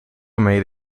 made